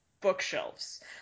bookshelves